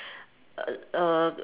err